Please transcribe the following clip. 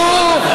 נו,